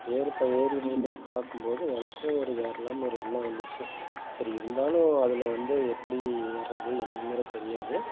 ஏறிப்பா ஏறி இருக்கிறத பார்க்கும்போது எனக்கும் ஒரு ஏறலாம்னு ஒரு எண்ணம் வந்துச்சு சரி இருந்தாலும் அதில் வந்து எப்படி ஏறுவது என்னங்கிறதை தெரியாது